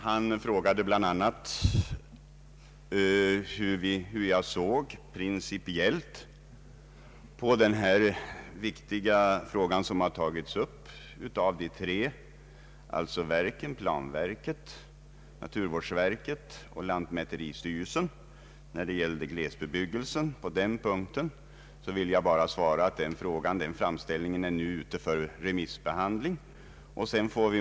Han frågade bl.a. hur jag principiellt såg på den viktiga fråga, som har ta gits upp av de tre verken, planverket, naturvårdsverket och lantmäteristyrelsen, rörande glesbebyggelsen. På den punkten vill jag svara att den framställningen nu är ute på remissbehandling.